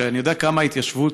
שאני יודע כמה ההתיישבות